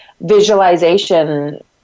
visualization